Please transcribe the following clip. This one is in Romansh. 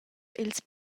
ils